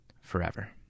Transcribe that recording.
forever